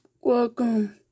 welcome